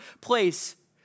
place